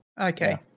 Okay